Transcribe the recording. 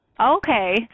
Okay